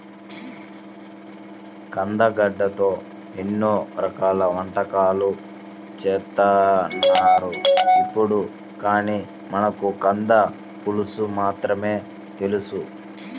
కందగడ్డతో ఎన్నో రకాల వంటకాలు చేత్తన్నారు ఇప్పుడు, కానీ మనకు కంద పులుసు మాత్రమే తెలుసు